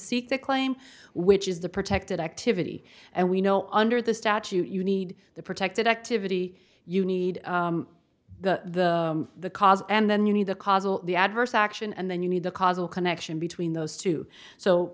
seek to claim which is the protected activity and we know under the statute you need the protected activity you need the the cause and then you need the cause of the adverse action and then you need the causal connection between those two so